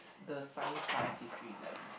s~ the science part of history like